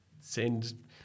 send